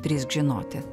drįsk žinoti